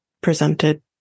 presented